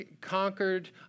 conquered